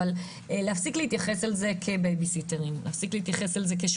אבל להפסיק להתייחס אל זה כבייביסיטר,